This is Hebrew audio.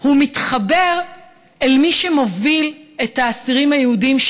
והוא מתחבר אל מי שמוביל את האסירים היהודים,